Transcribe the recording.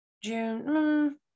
June